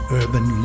urban